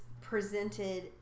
presented